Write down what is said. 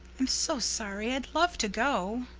i'm so sorry. i'd love to go.